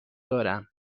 دارم